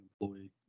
employee